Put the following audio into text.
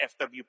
FW